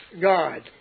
God